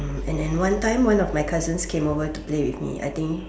and then one time one of my cousin came over to play with me I think